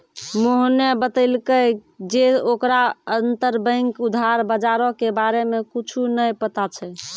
मोहने बतैलकै जे ओकरा अंतरबैंक उधार बजारो के बारे मे कुछु नै पता छै